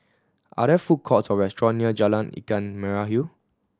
are there food courts or restaurant near Jalan Ikan Merah Hill